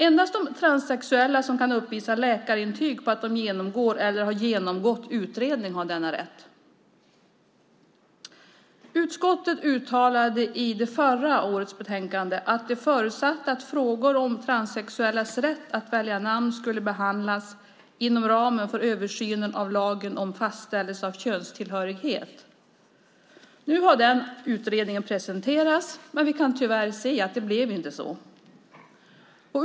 Endast transsexuella som kan uppvisa läkarintyg på att de genomgår eller har genomgått utredning har denna rätt. Utskottet uttalade i förra årets betänkande att det förutsatte att frågor om transsexuellas rätt att välja namn skulle behandlas inom ramen för översynen av lagen om fastställelse av könstillhörighet. Nu har den utredningen presenterats, men vi kan tyvärr se att det inte blev så.